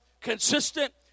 Consistent